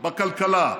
בכלכלה,